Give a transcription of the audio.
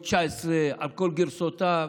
עם ה-COVID-19 על כל גרסאותיו,